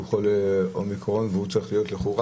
חולה אומיקרון והוא צריך להיות לכאורה,